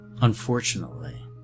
Unfortunately